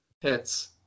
Hits